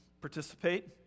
participate